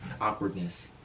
awkwardness